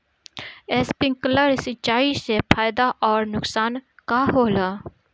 Sprinkler सिंचाई से फायदा अउर नुकसान का होला?